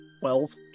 Twelve